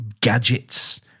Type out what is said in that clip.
gadgets